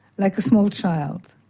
like a small child.